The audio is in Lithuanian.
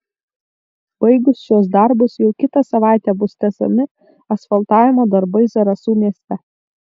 baigus šiuos darbus jau kitą savaitę bus tęsiami asfaltavimo darbai zarasų mieste